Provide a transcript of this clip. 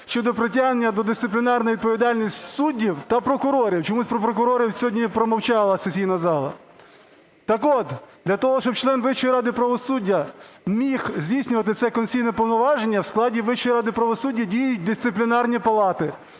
щодо притягнення до дисциплінарної відповідальності суддів та прокурорів. Чомусь про прокурорів сьогодні промовчала сесійна зала. Так от, для того, щоб член Вищої ради правосуддя міг здійснювати це конституційне повноваження, в складі Вищої ради правосуддя діють дисциплінарні палати,